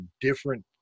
different